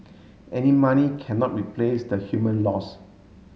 any money cannot replace the human loss